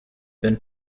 been